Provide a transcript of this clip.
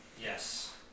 yes